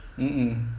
mm mm